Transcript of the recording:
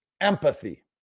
empathy